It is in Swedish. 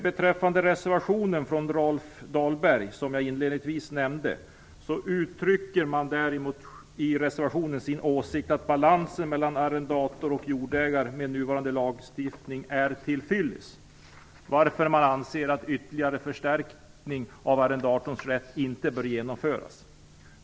I reservationen från Rolf Dahlberg m.fl., som jag inledningsvis nämnde, uttrycker man som sin åsikt att balansen mellan arrendator och jordägare med nuvarande lagstiftning är till fyllest, varför man anser att ytterligare förstärkning av arrendatorns rätt inte bör genomföras.